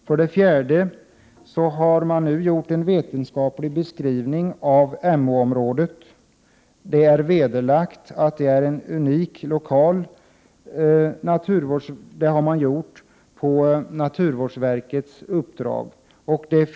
För det fjärde har man nu gjort en vetenskaplig beskrivning av Emåområdet på naturvårdsverkets uppdrag.